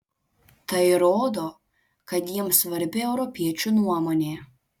tai rodo kad jiems svarbi europiečių nuomonė